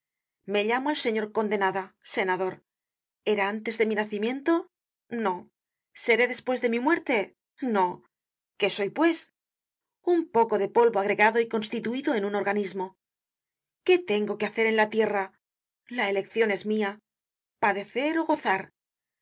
me llamo el señor conde nada senador era antes de mi nacimiento no seré despues de mi muerte no qué soy pues un poco de polvo agregado y constituido en un organismo qué tengo que hacer en la tierra la eleccion es mia padecer ó gozar